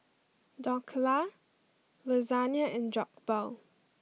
Dhokla Lasagne and Jokbal